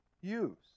use